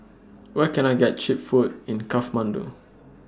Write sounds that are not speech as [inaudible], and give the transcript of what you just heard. [noise] Where Can I get Cheap Food in Kathmandu